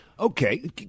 Okay